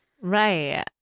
Right